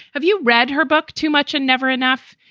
have you read her book? too much and never enough?